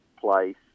place